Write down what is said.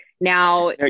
Now